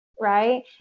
right